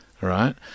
right